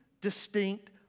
distinct